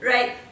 Right